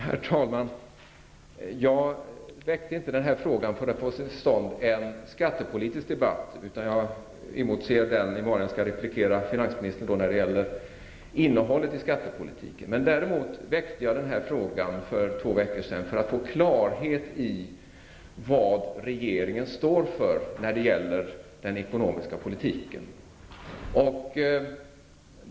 Herr talman! Jag väckte inte denna fråga för att få till stånd en skattepolitisk debatt. Jag ser fram emot den när jag skall replikera finansministern när det gäller innehållet i skattepolitiken. Jag väckte frågan för två veckor sedan för att få klarhet i vad regeringen står för när det gäller den ekonomiska politiken.